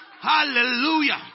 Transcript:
hallelujah